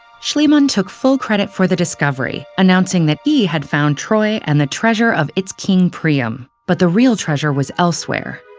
schliemann took full credit for the discovery, announcing that he had found troy and the treasure of its king priam. but the real treasure was elsewhere.